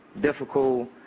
difficult